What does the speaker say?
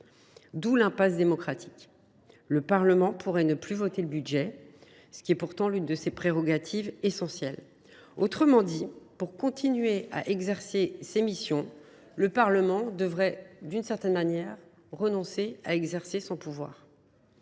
cette impasse démocratique. Le Parlement pourrait ne plus voter le budget, ce qui est pourtant l’une de ses prérogatives essentielles. En d’autres termes, pour continuer à exercer ses missions, le Parlement devrait en quelque sorte renoncer à exercer son pouvoir.